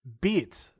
beat